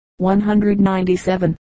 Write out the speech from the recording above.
197